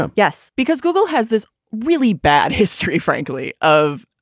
um yes. because google has this really bad history frankly of.